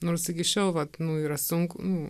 nors iki šiol vat nu yra sunku nu